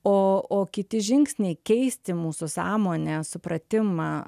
o o kiti žingsniai keisti mūsų sąmonę supratimą